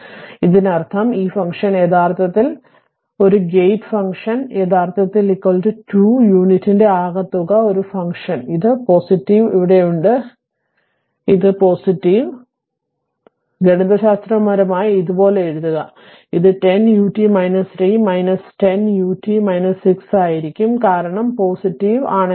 ഇപ്പോൾ അതിനർത്ഥം ഈ ഫംഗ്ഷൻ യഥാർത്ഥത്തിൽ ഈ ഫംഗ്ഷൻ ഈ ഗേറ്റ് ഫംഗ്ഷൻ യഥാർത്ഥത്തിൽ 2 യൂണിറ്റിന്റെ ആകെത്തുക ഒരു ഫംഗ്ഷൻ ഇത് ഒരു ചിഹ്നം ഇവിടെയുണ്ട് ഞാൻ ഇത് ഉണ്ടാക്കി ശരി തുല്യമാണ് ഇത് ഗണിതശാസ്ത്രപരമായി ഇതുപോലെ എഴുതുക ഇത് 10 ut 3 10 ut 6 ആയിരിക്കും കാരണം ഇത് ഇത് ആണെങ്കിൽ